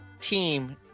team